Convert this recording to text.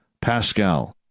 Pascal